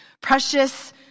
Precious